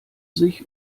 sich